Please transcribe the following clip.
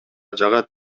жагат